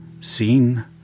seen